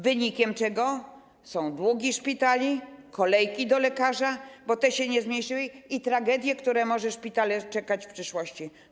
Wynikiem tego są długi szpitali, kolejki do lekarza, bo one się nie zmniejszyły, i tragedie, które mogą czekać szpitale w przyszłości.